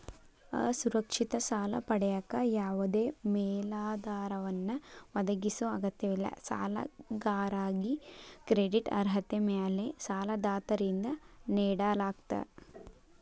ಅಸುರಕ್ಷಿತ ಸಾಲ ಪಡೆಯಕ ಯಾವದೇ ಮೇಲಾಧಾರವನ್ನ ಒದಗಿಸೊ ಅಗತ್ಯವಿಲ್ಲ ಸಾಲಗಾರಾಗಿ ಕ್ರೆಡಿಟ್ ಅರ್ಹತೆ ಮ್ಯಾಲೆ ಸಾಲದಾತರಿಂದ ನೇಡಲಾಗ್ತ